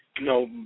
No